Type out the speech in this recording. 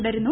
തുടരുന്നു